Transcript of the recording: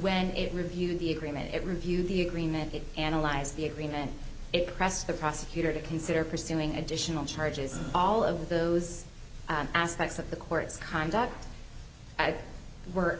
when it reviewed the agreement it reviewed the agreement it analyze the agreement it pressed the prosecutor to consider pursuing additional charges all of those aspects of the court's conduct and work